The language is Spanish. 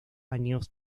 años